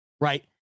right